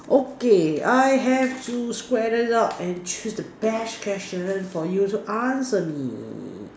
okay I have to Square it out and choose the best question for you to answer me